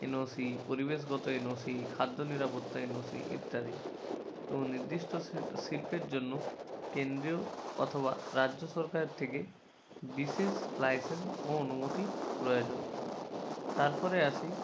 NOC পরিবেশগত NOC খাদ্য নিরাপত্তা এনওসি ইত্যাদি এবং নির্দিষ্ট শিল্পের জন্য কেন্দ্রীয় অথবা রাজ্য সরকারের থেকে বিশেষ লাইসেন্স ও অনুমতি প্রয়োজন তার পরে আসি